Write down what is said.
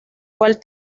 cual